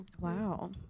Wow